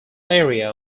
area